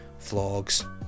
vlogs